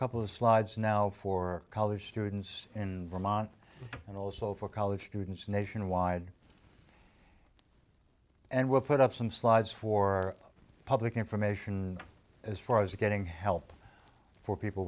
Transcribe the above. couple of slides now for college students in vermont and also for college students nationwide and we'll put up some slides for public information as far as getting help for people